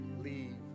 leave